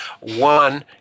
One